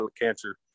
cancer